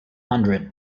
hundred